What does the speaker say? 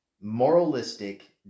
moralistic